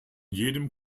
jedem